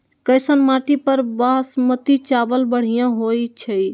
कैसन माटी पर बासमती चावल बढ़िया होई छई?